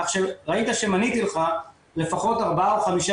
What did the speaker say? כך שראית שמניתי לך לפחות ארבעה או חמישה